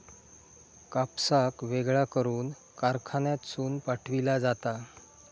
कापसाक वेगळा करून कारखान्यातसून पाठविला जाता